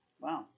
Wow